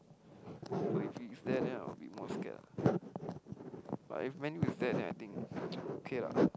if if there then I'll be more scared ah but if Man-U is there then I think okay lah